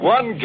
One